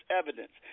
evidence